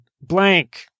blank